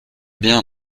bien